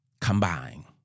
combine